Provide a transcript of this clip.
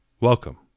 Welcome